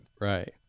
right